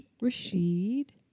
Rashid